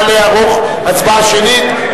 נא לערוך הצבעה שמית,